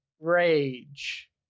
rage